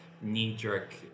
knee-jerk